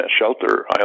Shelter